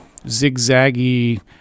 zigzaggy